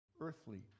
earthly